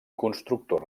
constructor